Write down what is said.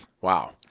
Wow